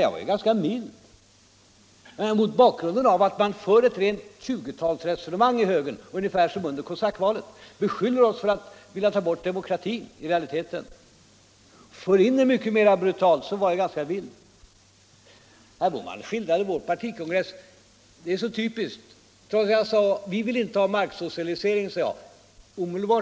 Jag var ganska mild mot bakgrund av att man för ett rent 20-talsresonemang i högern, ungefär som under kosackvalet, och beskyller oss för att i realiteten vilja ta bort demokratin — och alltså för in ett mycket mera brutalt resonemang. Herr Bohman skildrade vår partikongress på ett sätt som är typiskt. Vi vill inte ha marksocialisering, sade jag.